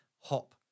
hop